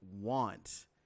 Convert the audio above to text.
want